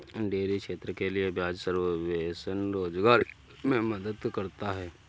dairy क्षेत्र के लिये ब्याज सबवेंशन रोजगार मे मदद करता है